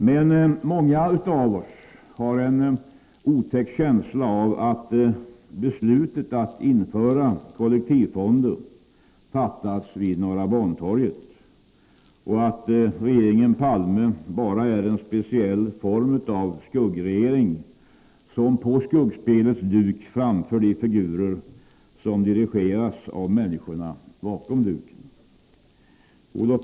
Men många av oss har en otäck känsla av att beslutet att införa kollektivfonder fattats vid Norra Bantorget och att regeringen Palme bara är en speciell form av skuggregering, som på skuggspelets duk framför de figurer som dirigeras av människor bakom duken.